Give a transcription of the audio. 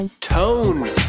tone